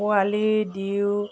পোৱালি দিওঁ